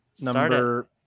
number